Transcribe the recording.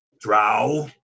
Drow